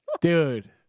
Dude